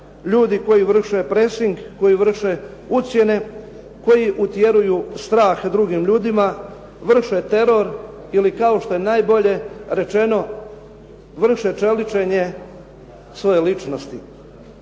ljudi koji vrše presing, koji vrše ucjene, koji utjeruju strah drugim ljudima, vrše teror ili kao što je najbolje rečeno vrše čeličenje svoje ličnosti.